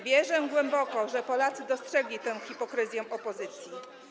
Wierzę głęboko, że Polacy dostrzegli tę hipokryzję opozycji.